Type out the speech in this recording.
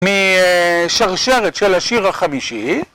משרשרת של השיר החמישי